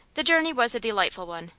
the journey was a delightful one.